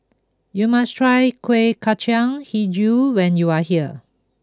you must try Kuih Kacang HiJau when you are here